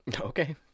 Okay